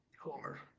Homer